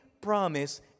promise